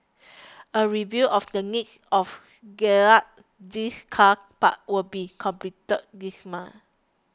a review of the need of gazette these car parks will be completed this month